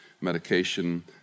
medication